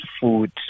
food